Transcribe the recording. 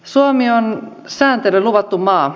suomi on sääntelyn luvattu maa